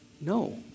No